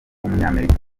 w’umunyamerika